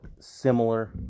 similar